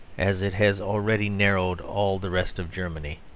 as it has already narrowed all the rest of germany.